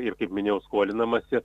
ir kaip minėjau skolinamasi